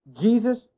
Jesus